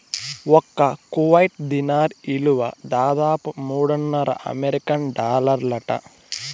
ఒక్క కువైట్ దీనార్ ఇలువ దాదాపు మూడున్నర అమెరికన్ డాలర్లంట